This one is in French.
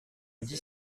dix